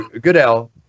Goodell